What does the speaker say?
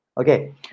Okay